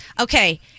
Okay